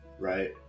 Right